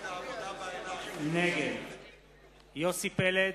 נגד יוסי פלד,